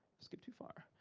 skip too far.